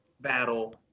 battle